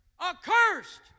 Accursed